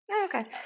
Okay